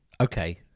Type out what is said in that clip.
okay